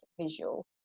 visual